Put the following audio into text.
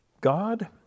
God